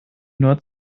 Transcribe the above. nur